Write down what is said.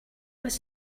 was